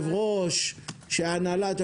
היושב-ראש, ההנהלה -- נכון מאוד.